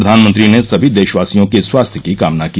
प्रधानमंत्री ने सभी देशवासियों के स्वास्थ्य की कामना की